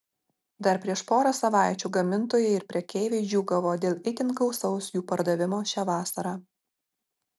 dar prieš porą savaičių gamintojai ir prekeiviai džiūgavo dėl itin gausaus jų pardavimo šią vasarą